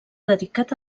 dedicat